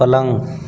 पलंग